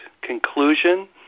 conclusion